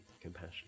compassion